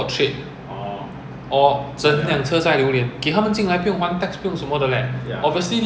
err the government can look at it better lah if you really want to be tight you want things to be